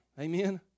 Amen